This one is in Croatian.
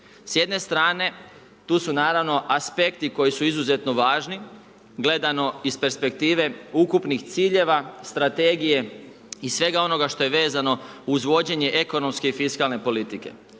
S jedne strane tu su naravno aspekti koji su izuzetno važni gledano iz perspektive ukupnih ciljeva, strategije i svega onoga što je vezano uz vođenje ekonomske i fiskalne politike.